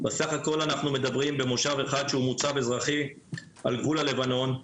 בסה"כ אנחנו מדברים במושב אחד שהוא מוצב אזרחי על גבול הלבנון,